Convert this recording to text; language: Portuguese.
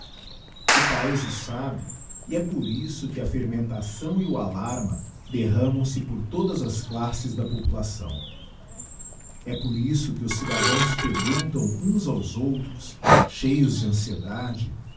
o paiz o sabe e é por isso que a fermentação e o alarma derramam se por todas as classes da população é por isso que os cidadãos perguntam uns aos outros cheios de anciedade